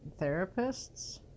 therapists